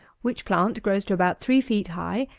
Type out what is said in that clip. which plant grows to about three feet high,